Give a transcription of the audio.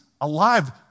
alive